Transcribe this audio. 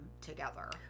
together